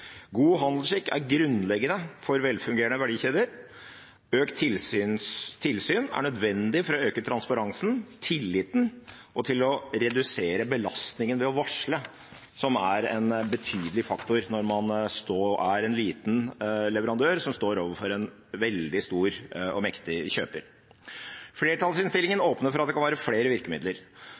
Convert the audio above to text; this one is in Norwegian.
God handelsskikk er grunnleggende for velfungerende verdikjeder. Økt tilsyn er nødvendig for å øke transparensen – tilliten – og for å redusere belastningen ved å varsle, som er en betydelig faktor når man er en liten leverandør som står overfor en veldig stor og mektig kjøper. Flertallsinnstillingen åpner for at det kan være flere virkemidler.